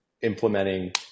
implementing